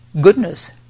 Goodness